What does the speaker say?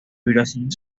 vibraciones